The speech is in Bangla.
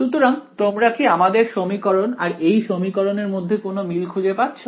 সুতরাং তোমরা কি আমাদের সমীকরণ আর এই সমীকরণ এর মধ্যে কোন মিল খুঁজে পাচ্ছো